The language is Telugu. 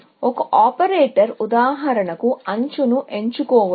ఒక ఆపరేటర్ ఉదాహరణకు ఎడ్జ్ ని ఎంచుకోవచ్చు